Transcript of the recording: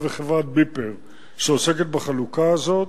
וחברת "ביפר" שעוסקת בחלוקה הזאת,